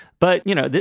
but, you know,